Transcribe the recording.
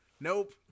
nope